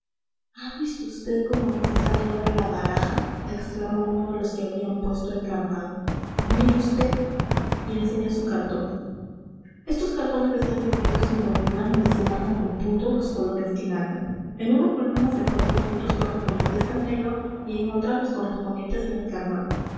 ha visto usted con lo que se sale ahora la baraja exclama uno de los que habían puesto a encarnado mire usted y enseña su cartón estos cartones están divididos en columnas donde se marcan con puntos los colores que ganan en una columna se ponen los puntos correspondientes al negro y en otra los correspondientes al encarnado luego se